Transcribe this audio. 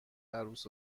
عروس